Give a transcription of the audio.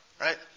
right